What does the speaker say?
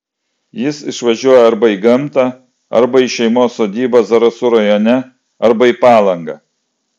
jis išvažiuoja arba į gamtą arba į šeimos sodybą zarasų rajone arba į palangą